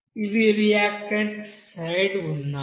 ఇవి రియాక్టెంట్ వైపు ఉన్నాయి